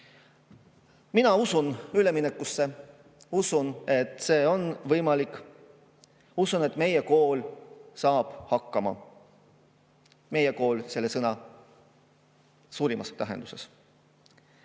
mina usun üleminekusse, usun, et see on võimalik. Usun, et meie kool saab hakkama. "Meie kool" selle suurimas tähenduses.